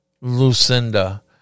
Lucinda